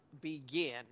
begin